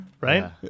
right